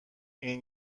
این